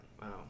Wow